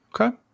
Okay